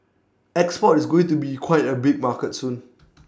export is going to be quite A big market soon